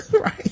Right